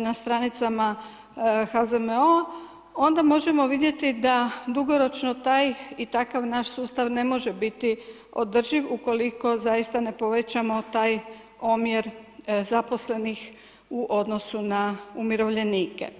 na stranicama HZMO-a, onda možemo vidjeti da dugoročno taj i takav naš sustav ne može biti održiv ukoliko zaista ne povećamo taj omjer zaposlenih u odnosu na umirovljenike.